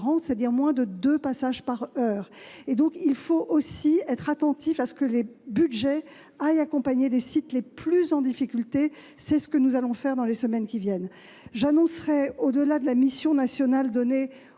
c'est-à-dire moins de deux passages par heure. Il faut aussi être attentif à ce que les budgets accompagnent les sites les plus en difficulté. C'est ce que nous allons faire dans les semaines qui viennent. Au-delà de la mission nationale confiée